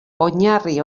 oinarri